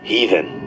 Heathen